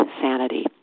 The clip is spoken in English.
sanity